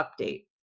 update